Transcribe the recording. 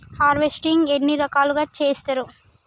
Harvesting ఎన్ని రకాలుగా చేస్తరు?